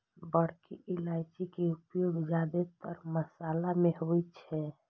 बड़की इलायची के उपयोग जादेतर मशाला मे होइ छै